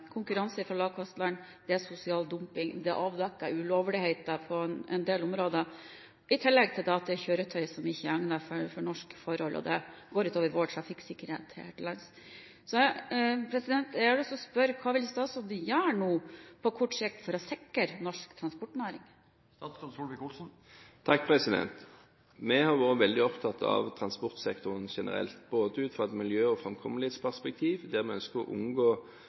er avdekket ulovligheter på en del områder, i tillegg til at det er kjøretøy som ikke er egnet for norske forhold, og det går ut over vår trafikksikkerhet her til lands. Så jeg har lyst til å spørre: Hva vil statsråden gjøre nå, på kort sikt, for å sikre norsk transportnæring? Vi har vært veldig opptatt av transportsektoren generelt ut fra et miljø- og framkommelighetsperspektiv, der vi ønsker å unngå